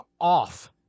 off